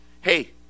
hey